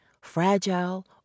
fragile